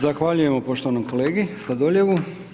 Zahvaljujem poštovanom kolegi Sladoljevu.